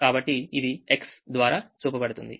కాబట్టి ఇది X ద్వారా చూపబడుతుంది